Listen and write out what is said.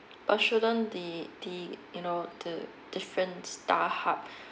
but shouldn't the the you know the different starhub